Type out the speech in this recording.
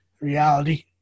reality